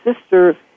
sister